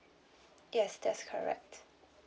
yes that's correct